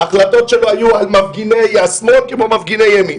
ההחלטות שלו היו על מפגיני השמאל כמו מפגיני ימין,